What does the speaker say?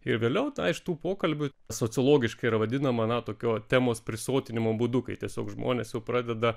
ir vėliau tą iš tų pokalbių sociologiškai yra vadinama na tokio temos prisotinimo būdu kai tiesiog žmonės pradeda